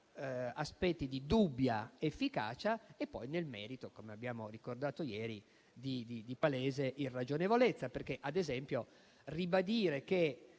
aspetti di dubbia efficacia e poi nel merito - come abbiamo ricordato ieri - di palese irragionevolezza. Ad esempio, ribadire che